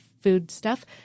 foodstuff